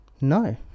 no